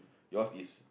yours is